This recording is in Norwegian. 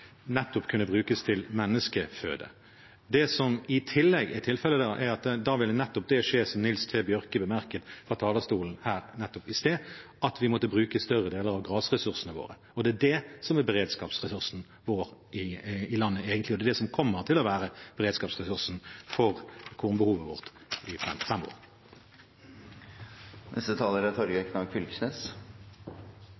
nettopp kunne brukes til menneskeføde. Det som i tillegg er tilfellet, er at da ville nettopp det skje – som Nils T. Bjørke bemerket fra talerstolen her i sted – at vi ville måtte bruke større deler av grasressursene våre. Det er egentlig det som er beredskapsressursen vår i landet, og det er det som kommer til å være beredskapsressursen når det gjelder kornbehovet vårt